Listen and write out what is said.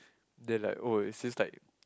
they like oh is this like